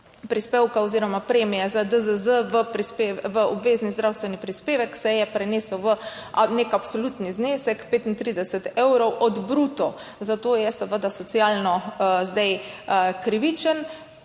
prispevka oziroma premije za DZZ v obvezni zdravstveni prispevek, se je prenesel v neki absolutni znesek, 35 evrov od bruto. Zato je seveda zdaj socialno krivičen,